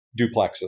duplexes